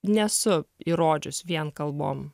nesu įrodžius vien kalbom